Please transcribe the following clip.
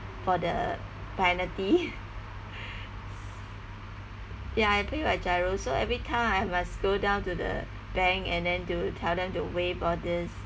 for the penalty ya I pay by GIRO so every time I must go down to the bank and then to tell them to waive all these